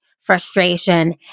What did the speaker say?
frustration